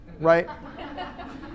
right